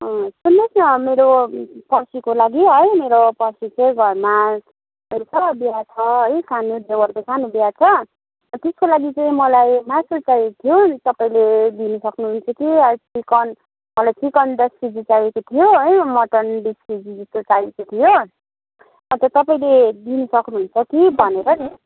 सुन्नुहोस् न मेरो पर्सिको लागि है मेरो पर्सि चाहिँ घरमा छ बिहे छ है सानो देवरको सानो बिहे छ त्यसको लागि चाहिँ मलाई मासु चाहिएको थियो तपाईँले दिनु सक्नुहुन्छ कि चिकन मलाई चिकन दस केजी चाहिएको थियो है मटन बिस केजी जस्तो चाहिएको थियो अन्त तपाईँले दिन सक्नुहुन्छ कि भनेर नि